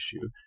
issue